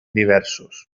diversos